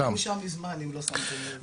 אנחנו כבר שם מזמן, אם לא שמתם לב.